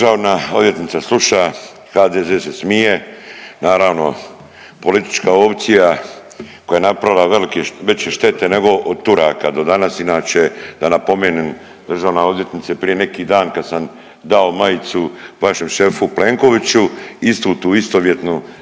Državna odvjetnica sluša, HDZ se smije. Naravno politička opcija koja je napravila veće štete nego od Turaka do danas. Inače da napomenem državna odvjetnice prije neki dan kad sam dao majicu vašem šefu Plenkoviću istu tu, tu istovjetnu „svima